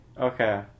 Okay